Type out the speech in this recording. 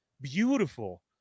beautiful